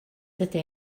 dydy